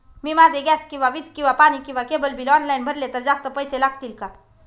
मी माझे गॅस किंवा वीज किंवा पाणी किंवा केबल बिल ऑनलाईन भरले तर जास्त पैसे लागतील का?